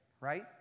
right